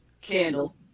candle